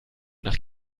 nach